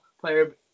player